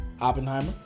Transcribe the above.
Oppenheimer